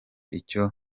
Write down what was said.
icyo